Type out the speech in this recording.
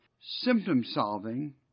symptom-solving